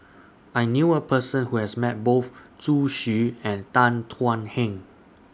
I knew A Person Who has Met Both Zhu Xu and Tan Thuan Heng